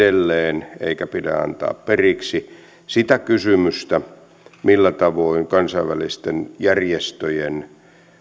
aktiivisesti edelleen eikä pidä antaa periksi sitä kysymystä millä tavoin kansainvälisten järjestöjen